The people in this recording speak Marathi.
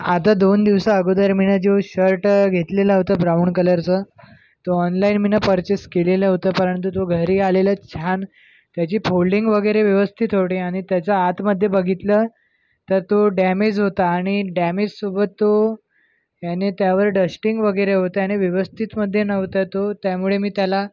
आता दोन दिवसाअगोदर मी नं जो शर्ट घेतलेला होता ब्राऊण कलरचं तो ऑनलाईन मी न पर्चेस केलेलं होतं परंतु तो घरी आलेलं छान त्याची फोल्डिंग वगैरे व्यवस्थित होती आणि त्याचा आतमध्ये बघितलं तर तो डॅमेज होता आणि डॅमेजसोबत तो आणि त्यावर डस्टिंग वगैरे होतं आणि व्यवस्थितमध्ये नव्हता तो त्यामुळे मी त्याला